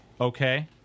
Okay